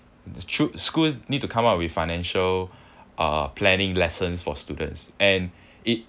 sch~ school need to come up with financial uh planning lessons for students and it